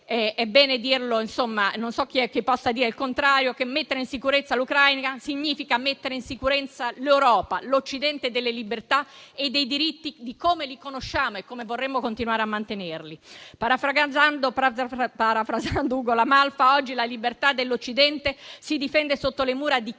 È bene dire - e non so chi possa dire il contrario - che mettere in sicurezza l'Ucraina significa mettere in sicurezza l'Europa, l'Occidente delle libertà e dei diritti come li conosciamo e come vorremmo continuare a mantenerli. Parafrasando Ugo la Malfa, oggi la libertà dell'Occidente si difende sotto le mura di Kiev,